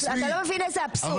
אתה לא מבין איזה אבסורד.